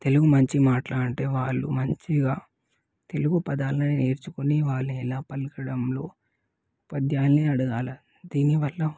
తెలుగు మంచిగా మాట్లాడాలి అంటే వాళ్ళు మంచిగా తెలుగు పదాలని నేర్చుకొని వాళ్ళు ఎలా పలకడంలో ఉపాధ్యాయులని అడగాలి దీనివల్ల